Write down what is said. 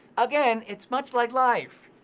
again, it's much like life.